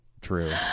true